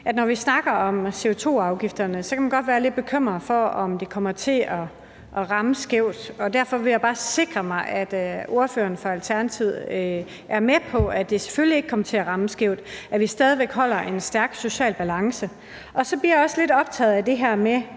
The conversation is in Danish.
Når vi snakker om CO2-afgifterne, kan man godt være lidt bekymret for, om de kommer til at ramme skævt, og derfor vil jeg bare sikre mig, at ordføreren for Alternativet er med på, at det selvfølgelig ikke kommer til at ramme skævt, at vi stadig væk holder en stærk social balance. Så bliver jeg også lidt optaget af det her med,